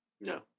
No